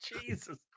Jesus